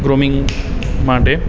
grooming માટે